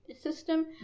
system